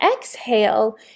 exhale